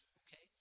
okay